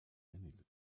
anything